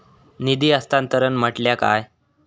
निधी हस्तांतरण म्हटल्या काय?